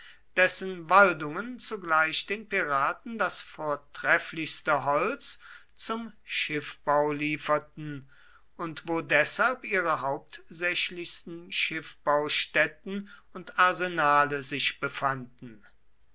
dessen waldungen zugleich den piraten das vortrefflichste holz zum schiffbau lieferten und wo deshalb ihre hauptsächlichsten schiffbaustätten und arsenale sich befanden